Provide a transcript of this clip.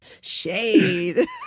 Shade